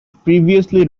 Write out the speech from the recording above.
previously